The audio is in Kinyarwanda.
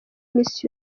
miss